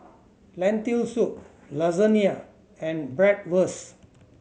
Lentil Soup Lasagne and Bratwurst